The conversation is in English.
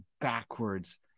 backwards